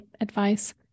advice